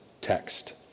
text